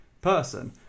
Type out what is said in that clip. person